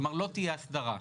כלומר לא תהיה הסדרה.